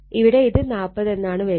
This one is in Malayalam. ഇവിടെ ഇത് 40 എന്നാണ് വരുക